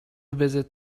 visit